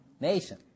nation